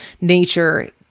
nature